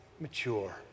mature